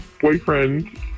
boyfriend